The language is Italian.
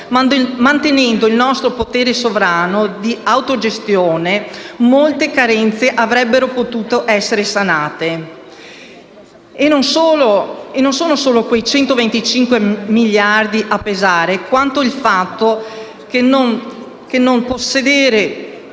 mantenendo il nostro potere sovrano di autogestione, molte carenze avrebbero potuto essere sanate. E non sono solo quei 125 miliardi a pesare, quanto il fatto che, senza